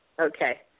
Okay